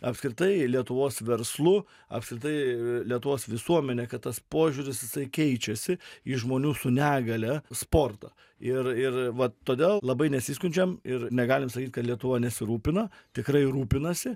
apskritai lietuvos verslu apskritai lietuvos visuomene kad tas požiūris jisai keičiasi į žmonių su negalia sportą ir ir va todėl labai nesiskundžiam ir negalim sakyt kad lietuva nesirūpina tikrai rūpinasi